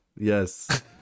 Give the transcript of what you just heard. yes